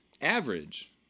average